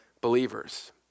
believers